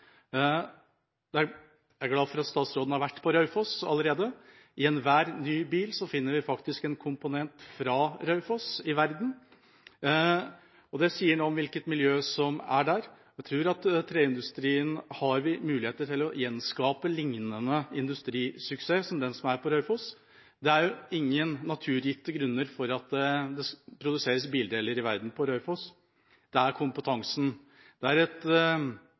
Jeg er glad for at statsråden har vært på Raufoss allerede. I enhver ny bil i verden finner vi faktisk en komponent fra Raufoss, og det sier noe om hvilket miljø som er der. Jeg tror at vi for treindustrien har muligheter til å gjenskape en lignende industrisuksess som den på Raufoss. Det er jo ikke naturgitte grunner til at det produseres bildeler for verden på Raufoss – det er kompetansen. Det er et